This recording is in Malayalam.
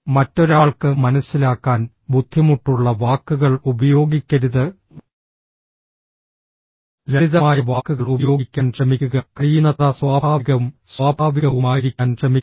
മറ്റൊരാൾക്ക് മനസ്സിലാക്കാൻ ബുദ്ധിമുട്ടുള്ള വാക്കുകൾ ഉപയോഗിക്കരുത് ലളിതമായ വാക്കുകൾ ഉപയോഗിക്കാൻ ശ്രമിക്കുക കഴിയുന്നത്ര സ്വാഭാവികവും സ്വാഭാവികവുമായിരിക്കാൻ ശ്രമിക്കുക